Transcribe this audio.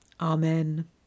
Amen